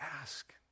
Ask